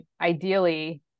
ideally